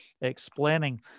explaining